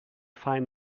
find